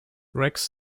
rex